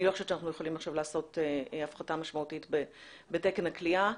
אני לא חושבת שאנחנו עכשיו יכולים לעשות הפחתה משמעותית בתקן הכליאה.